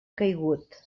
caigut